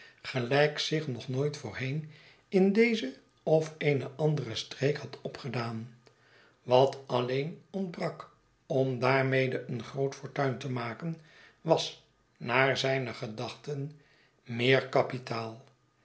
gelijk zich nog nooit voorheen in deze of eene andere street had opgedaan wat alleen ontbrak om daarmede een groot fortuin te maken was naar zijne gedachten meer kapitaal